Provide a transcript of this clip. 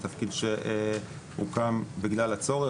זה תפקיד שהוקם בגלל הצורך,